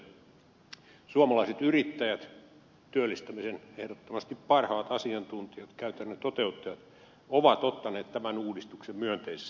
suomalaiset yrittäjät työllistämisen ehdottomasti parhaat asiantuntijat ja käytännön toteuttajat ovat ottaneet tämän uudistuksen myönteisesti vastaan